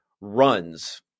runs